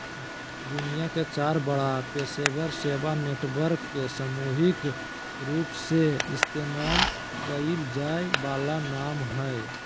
दुनिया के चार बड़ा पेशेवर सेवा नेटवर्क के सामूहिक रूपसे इस्तेमाल कइल जा वाला नाम हइ